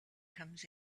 comes